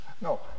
No